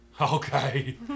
Okay